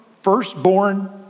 firstborn